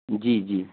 جی جی